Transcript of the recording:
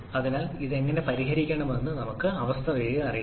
അതിനാൽ ഇത് എങ്ങനെ പരിഹരിക്കാമെന്ന് നമുക്ക് സംസ്ഥാനത്തെ അറിയാം